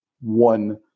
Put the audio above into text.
one